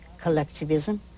collectivism